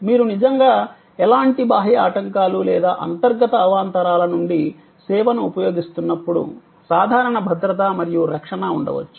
మీరు నిజంగా ఎలాంటి బాహ్య ఆటంకాలు లేదా అంతర్గత అవాంతరాల నుండి సేవను ఉపయోగిస్తున్నప్పుడు సాధారణ భద్రత మరియు రక్షణ ఉండవచ్చు